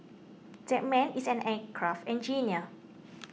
that man is an aircraft engineer